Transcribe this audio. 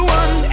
one